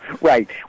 Right